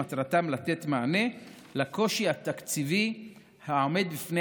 שמטרתם לתת מענה לקושי התקציבי העומד בפני